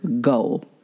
goal